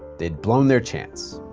they'd blown their chance.